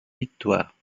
victoire